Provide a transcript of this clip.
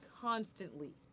constantly